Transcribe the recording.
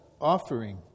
offering